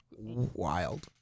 wild